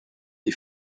die